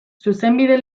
zuzenbide